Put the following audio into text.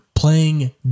Playing